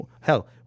hell